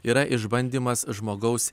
yra išbandymas žmogaus